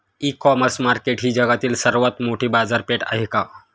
इ commerce market ही जगातील सर्वात मोठी बाजारपेठ आहे का?